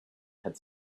had